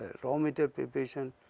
raw material preparation.